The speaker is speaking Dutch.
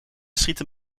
schieten